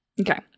Okay